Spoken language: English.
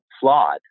flawed